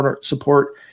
support